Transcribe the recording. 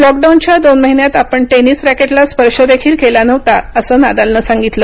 लॉकडाऊनच्या दोन महिन्यात आपण टेनिस रॅकेटला स्पर्शदेखील केला नव्हता असं नादालनं सांगितलं